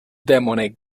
demone